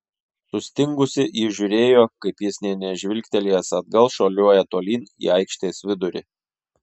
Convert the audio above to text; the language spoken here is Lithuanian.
sustingusi ji žiūrėjo kaip jis nė nežvilgtelėjęs atgal šuoliuoja tolyn į aikštės vidurį